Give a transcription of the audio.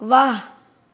वाह